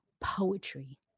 poetry